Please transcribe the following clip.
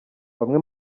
bamwe